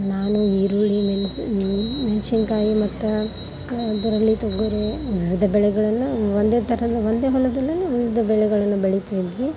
ನಾನು ಈರುಳ್ಳಿ ಮೆಣ್ಶಿನ ಕಾಯಿ ಮತ್ತು ಅದರಲ್ಲಿ ತೊಗರಿ ಅದು ಬೆಳೆಗಳೆಲ್ಲ ಒಂದೇ ಥರ ಒಂದೇ ಹೊಲದಲ್ಲೇ ವಿವಿಧ ಬೆಳೆಗಳನ್ನು ಬೆಳಿತಾಯಿದ್ವಿ